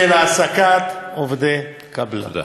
של העסקת עובדי קבלן.